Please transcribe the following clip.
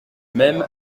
mêmes